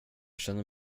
känner